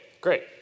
Great